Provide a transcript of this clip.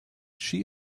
she